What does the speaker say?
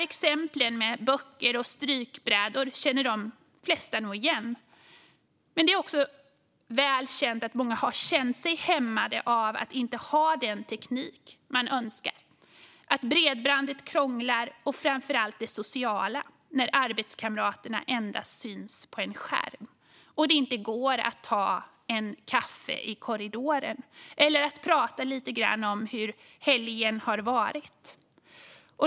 Exemplen med böcker och strykbrädor känner de flesta igen, men det är också väl känt att många har känt sig hämmade av att inte ha den teknik de önskar och att bredbandet krånglar. Framför allt handlar det om det sociala när arbetskamraterna endast syns på en skärm och det inte går att ta en kaffe i korridoren och prata lite grann om hur helgen har varit.